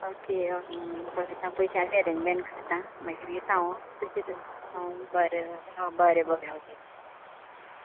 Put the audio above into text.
okay पळयता पयशाची arrangement करता मागीर येता हांव हा ओके बरें बरें ओके